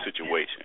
situation